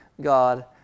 God